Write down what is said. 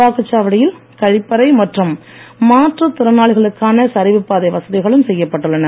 வாக்குச் சாவடியில் கழிப்பறை மற்றும் மாற்றுத்திறனாளிகளுக்கான சரிவுப்பாதை வசதிகளும் செய்யப்பட்டுள்ளன